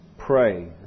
Pray